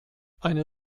eine